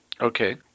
okay